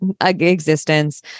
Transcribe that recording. existence